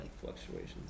Fluctuations